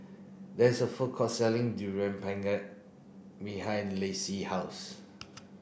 there is a food court selling durian pengat behind Lacie house